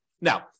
Now